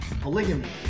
polygamy